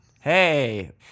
hey